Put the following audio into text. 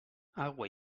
aigua